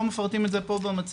לא מפרטים את זה פה במצגת,